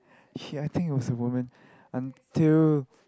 okay I think it was a woman until